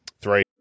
Three